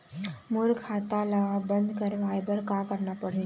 मोर खाता ला बंद करवाए बर का करना पड़ही?